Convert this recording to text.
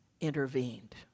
intervened